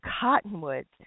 cottonwoods